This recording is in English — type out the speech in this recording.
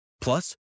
Plus